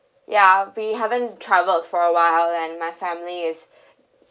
ya we haven't traveled for a while and my family is